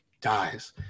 dies